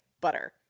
butter